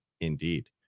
indeed